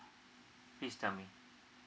please tell me